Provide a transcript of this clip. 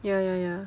ya ya ya